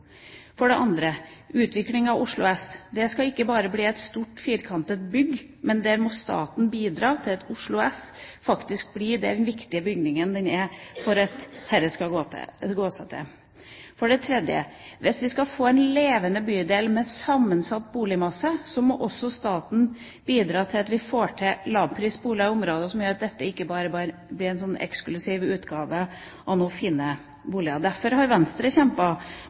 For det andre: Utviklinga av Oslo S. Det skal ikke bare bli et stort firkantet bygg, der må staten bidra til at Oslo S faktisk blir den viktige bygningen den er, for at dette skal gå seg til. For det tredje: Hvis vi skal få en levende bydel med en sammensatt boligmasse, må også staten bidra til at vi får lavpris-boliger i området, slik at dette ikke bare blir eksklusive utgaver av noen fine boliger. Derfor har Venstre